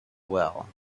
well